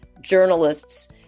journalists